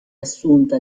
assunta